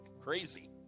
Crazy